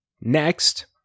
Next